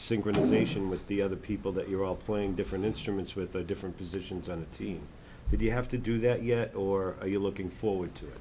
synchronization with the other people that you're all playing different instruments with different positions on the team did you have to do that yet or are you looking forward to